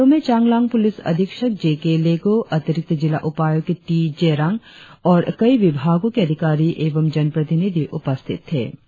समारोह में चांगलांग पुलिस अधीक्षक जे के लेगों अतिरिक्त जिला उपायुक्त टी जेरांग और कई विभागों के अधिकारी एवं जन प्रतिनिधि उपस्थित थे